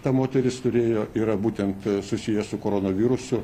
ta moteris turėjo yra būtent susiję su koronavirusu